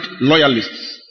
loyalists